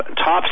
top